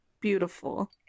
beautiful